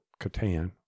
Catan